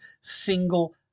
single